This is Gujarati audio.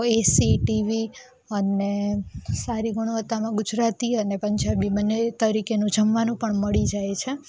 એસી ટીવી અને સારી ગુણવત્તામાં ગુજરાતી અને પંજાબી બંને તરીકેનું જમવાનું પણ મળી જાય છે